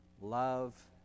love